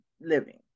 living